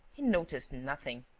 he noticed nothing!